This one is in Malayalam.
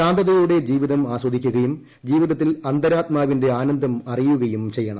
ശാന്തതോടെ ജീവിതം ആസ്വദിക്കുകയും ജീവിതത്തിൽ അന്തരാത്മാവിന്റെ ആനന്ദം അറിയുകയും ചെയ്യണം